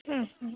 হুম হুম